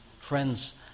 Friends